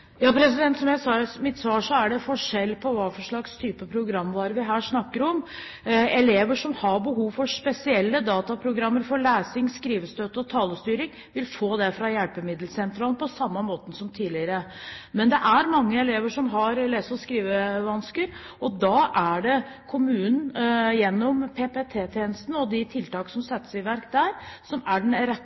Som jeg sa i mitt svar, er det forskjell på hva slags programvare vi her snakker om. Elever som har behov for spesielle dataprogrammer for lesing, skrivestøtte og talestyring, vil få det fra hjelpemiddelsentralene på samme måte som tidligere. Men det er mange elever som har lese- og skrivevansker, og da er det kommunen – gjennom PPT-tjenesten og de tiltak som settes i verk der – som er den rette